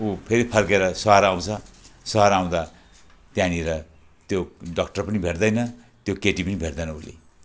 ऊ फेरि फर्केर सहर आउँछ सहर आउँदा त्यहाँनिर त्यो डक्टर पनि भेट्दैन त्यो केटी पनि भेट्दैन उसले